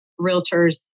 realtors